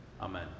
Amen